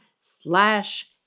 slash